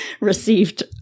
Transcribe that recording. received